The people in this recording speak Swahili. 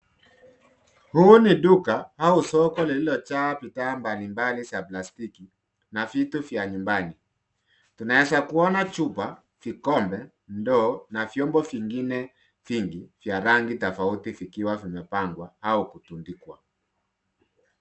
Huu ni duka au soko lililojaa bidhaa mbalimbali za plastiki na vitu vya nyumbani. Tunaweza kuona chupa , vikombe, ndoo na vyonbo vingine vingi vya rangi tofauti vikiwa vimepangwa au kutundikwa.